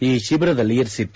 ಈ ಶಿಬಿರದಲ್ಲಿ ಇರಿಸಿತ್ತು